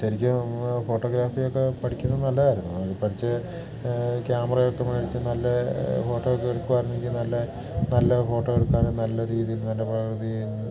ശരിക്കും ഫോട്ടോഗ്രാഫിയൊക്കെ പഠിക്കുന്നത് നല്ലതായിരുന്നു പഠിച്ച് ക്യാമറയൊക്കെ മേടിച്ച് നല്ല ഫോട്ടോ ഒക്കെ എടുക്കുമായിരുന്നെങ്കിൽ നല്ല നല്ല ഫോട്ടോ എടുക്കാനും നല്ല രീതിയിൽ നല്ല പ്രകൃതിയിൽ